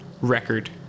record